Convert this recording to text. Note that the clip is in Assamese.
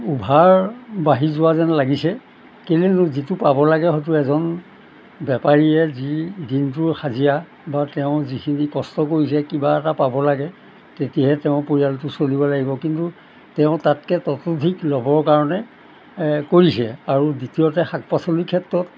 অ'ভাৰ বাঢ়ি যোৱা যেন লাগিছে কিন্তু যিটো পাব লাগে হয়তো এজন বেপাৰীয়ে যি দিনটো হাজিৰা বা তেওঁ যিখিনি কষ্ট কৰিছে কিবা এটা পাব লাগে তেতিয়াহে তেওঁ পৰিয়ালটো চলিব লাগিব কিন্তু তেওঁ তাতকে তাতোধিক ল'বৰ কাৰণে কৰিছে আৰু দ্বিতীয়তে শাক পাচলিৰ ক্ষেত্ৰত